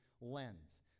lens